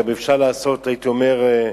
אפשר גם לעשות, הייתי אומר,